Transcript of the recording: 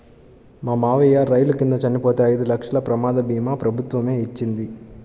మా మావయ్య రైలు కింద చనిపోతే ఐదు లక్షల ప్రమాద భీమా ప్రభుత్వమే ఇచ్చింది